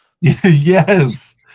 Yes